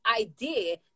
idea